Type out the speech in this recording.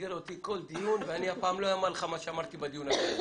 אבל אנחנו רוצים לעשות סדר בדיון,